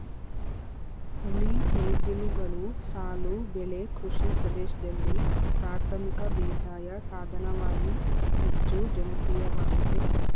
ಉಳಿ ನೇಗಿಲುಗಳು ಸಾಲು ಬೆಳೆ ಕೃಷಿ ಪ್ರದೇಶ್ದಲ್ಲಿ ಪ್ರಾಥಮಿಕ ಬೇಸಾಯ ಸಾಧನವಾಗಿ ಹೆಚ್ಚು ಜನಪ್ರಿಯವಾಗಯ್ತೆ